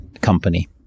company